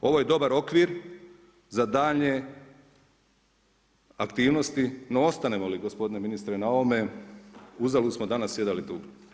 Ovo je dobar okvir za daljnje aktivnosti, no ostanemo li gospodine ministre na ovome uzalud smo danas sjedali tu.